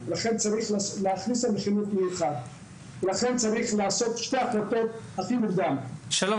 לכן צריך להכניס --- לכן צריך לקבל שתי החלטות הכי מוקדם --- שלום,